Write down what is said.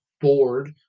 board